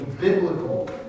biblical